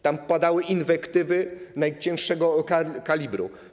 Tam padały inwektywy najcięższego kalibru.